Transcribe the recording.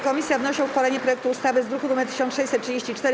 Komisja wnosi o uchwalenie projektu ustawy z druku nr 1634.